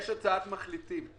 יש הצעת מחליטים.